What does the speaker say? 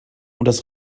das